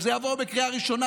אם זה יעבור בקריאה ראשונה,